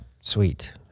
sweet